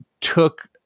took